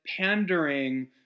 pandering